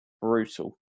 brutal